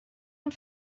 amb